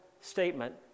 statement